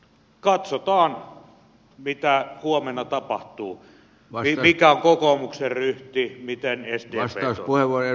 katsotaan mitä huomenna tapahtuu mikä on kokoomuksen ryhti miten sdp toimii